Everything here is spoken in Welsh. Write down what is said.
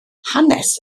hanes